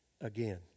again